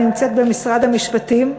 היא נמצאת במשרד המשפטים.